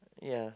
ya